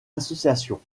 association